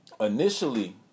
initially